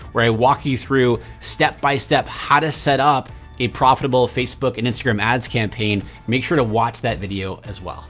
where i walk you through, step-by-step, how to set up a profitable facebook and instagram ads campaign, make sure to watch that video as well.